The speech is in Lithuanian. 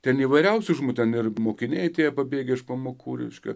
ten įvairiausių žmonių ten ir mokiniai tie pabėgę iš pamokų reiškia